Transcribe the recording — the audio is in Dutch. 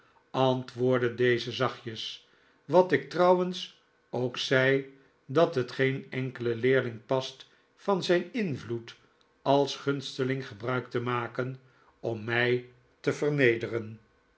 antwoordde deze zachtjes wat ik trouwens ook zei dat het geen enkelen leerling past van zijn invloed als gunsteling gebruik te maken om mij te vernederen